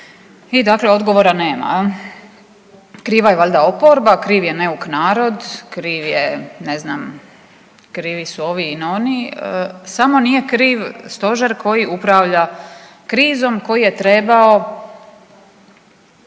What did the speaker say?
i dakle odgovora nema jel. Kriva je valjda oporba, kriv je neuk narod, kriv je ne znam, krivi su ovi ili oni, samo nije kriv stožer koji upravlja krizom koji je trebao